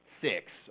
six